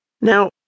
Now